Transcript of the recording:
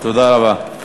תודה רבה,